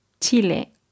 Chile